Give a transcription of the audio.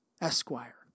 Esquire